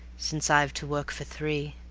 since i've to work for three.